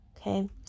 okay